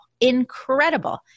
incredible